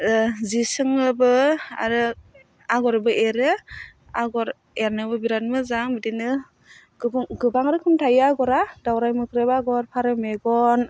ओह जि सोङोबो आरो आगरबो एरो आगर एरनायावबो बिराद मोजां बिदिनो गुबुन गोबां रोखोमनि थायो आगरा दाउराइ मोख्रेब आगर फरौ मेगन